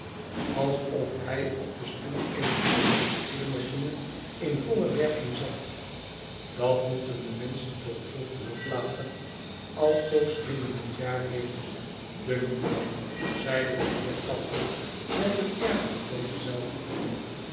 alsof hij op den stoel eener electrizeermachine in voile werking zat dat moeten de menschen toch vroeger of later altoos binnen het jaar weten dunkt mij zeide de heer calton met een air van groote